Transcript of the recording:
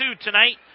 tonight